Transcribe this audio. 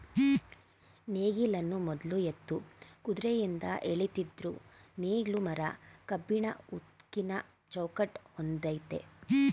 ನೇಗಿಲನ್ನು ಮೊದ್ಲು ಎತ್ತು ಕುದ್ರೆಯಿಂದ ಎಳಿತಿದ್ರು ನೇಗ್ಲು ಮರ ಕಬ್ಬಿಣ ಉಕ್ಕಿನ ಚೌಕಟ್ ಹೊಂದಯ್ತೆ